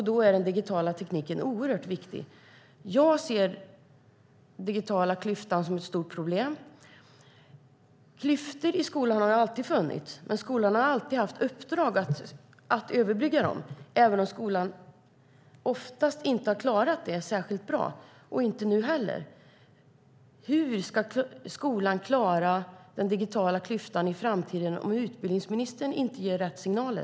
Då är den digitala tekniken oerhört viktig. Jag ser den digitala klyftan som ett stort problem. Klyftor har alltid funnits i skolan, och skolan har alltid haft i uppdrag att överbrygga dem, även om skolan oftast inte har klarat det särskilt bra. Det gör man inte nu heller. Hur ska skolan klara den digitala klyftan i framtiden om utbildningsministern inte ger rätt signaler?